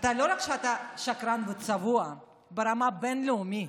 לא רק שאתה שקרן וצבוע ברמה בין-לאומית,